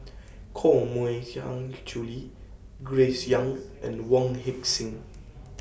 Koh Mui Hiang Julie Grace Young and Wong Heck Sing